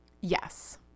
Yes